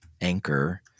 anchor